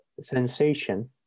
sensation